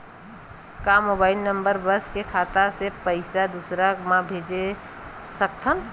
का mobile number बस से खाता से पईसा दूसरा मा भेज सकथन?